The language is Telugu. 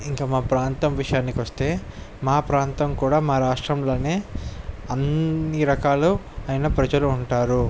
ఇంకా మా ప్రాంతం విషయానికి వస్తే మా ప్రాంతం కూడా మా రాష్ట్రంలో అన్నీ రకాలయిన ప్రజలు ఉంటారు